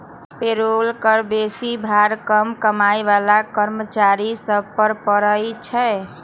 payroll कर बेशी भार कम कमाइ बला कर्मचारि सभ पर पड़इ छै